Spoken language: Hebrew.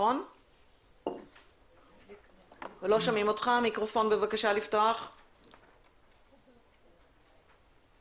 בוקר טוב ממצפה שלם.